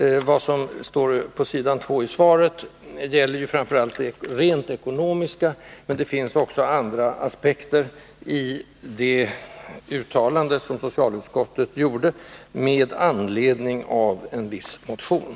Vad som står i svaret gäller framför allt det rent ekonomiska. Också andra aspekter omfattas av det uttalande som socialutskottet gjorde med anledning av en viss motion.